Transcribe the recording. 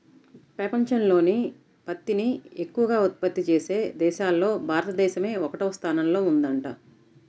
పెపంచంలోనే పత్తిని ఎక్కవగా ఉత్పత్తి చేసే దేశాల్లో భారతదేశమే ఒకటవ స్థానంలో ఉందంట